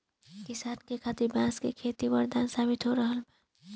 किसान खातिर बांस के खेती वरदान साबित हो रहल बा